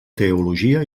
teologia